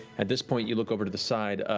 at this point, you look over to the side.